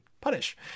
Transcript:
punish